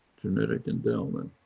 genetic endowment,